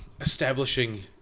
establishing